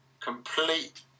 complete